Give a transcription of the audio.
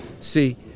See